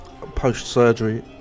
post-surgery